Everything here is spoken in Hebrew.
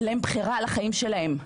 אין להן בחירה על החיים שלהן.